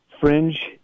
fringe